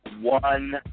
one